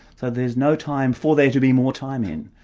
so there's no time for there to be more timing.